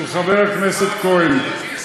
של חבר הכנסת כהן.